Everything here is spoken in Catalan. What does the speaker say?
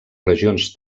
regions